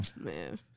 Man